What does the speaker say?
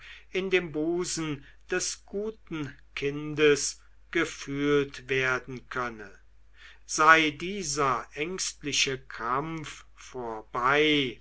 in dem busen des guten kindes gefühlt werden könne sei dieser ängstliche krampf vorbei